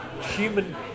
human